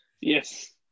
Yes